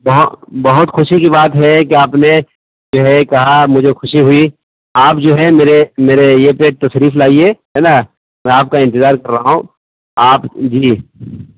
ب بہت خوشی کی بات ہے کہ آپ نے جو ہے کہا مجھے خوشی ہوئی آپ جو ہے میرے میرے یہ پ تشریف لائیے ہے نا میں آپ کا انتظار کر رہا ہوں آپ جی